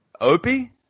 Opie